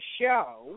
show